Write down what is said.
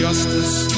Justice